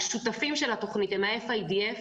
השותפים של התוכנית הם FIDF,